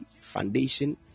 foundation